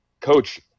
Coach